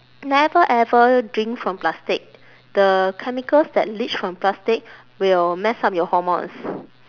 never ever drink from plastic the chemicals that leech from plastic will mess up your hormones